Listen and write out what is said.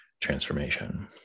transformation